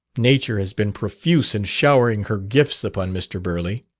nature has been profuse in showering her gifts upon mr. burleigh,